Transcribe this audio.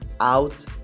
out